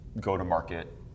go-to-market